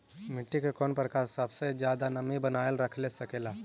मिट्टी के कौन प्रकार सबसे जादा नमी बनाएल रख सकेला?